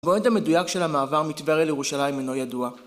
מועד המדויק של המעבר מטבריה לירושלים אינו ידוע.